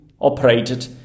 operated